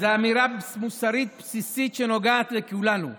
זו אמירה מוסרית בסיסית שנוגעת לכולנו.